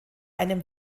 einem